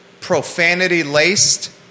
profanity-laced